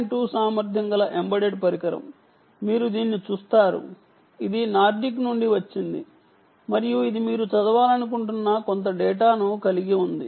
2 సామర్థ్యం గల ఎంబెడెడ్ పరికరం మీరు దీనిని చూస్తారు ఇది నార్డిక్ నుండి వచ్చింది మరియు ఇది మీరు చదవాలనుకుంటున్న కొంత డేటాను కలిగి ఉంది